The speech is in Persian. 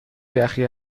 یخی